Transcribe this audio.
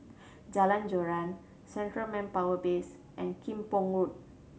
Jalan Joran Central Manpower Base and Kim Pong Road